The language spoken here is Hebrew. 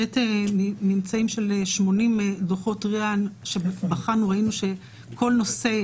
ממצאים של 80 דוחות RIA שבחנו מראים שכל נושא